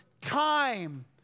time